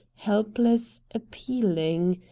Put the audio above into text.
helpless, appealing.